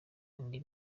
indi